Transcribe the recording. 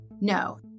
no